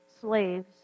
slaves